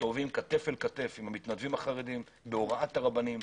מסתובבים כתף אל כתף עם המתנדבים החרדיים בהוראת הרבנים.